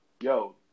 yo